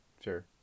Sure